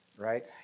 Right